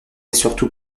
surtout